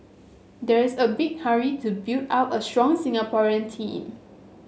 there's a big hurry to build up a strong Singaporean team